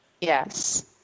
Yes